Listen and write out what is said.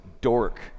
dork